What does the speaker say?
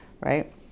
right